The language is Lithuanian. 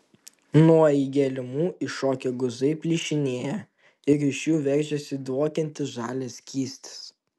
nuo įgėlimų iššokę guzai plyšinėja iš jų veržiasi dvokiantis žalias skystis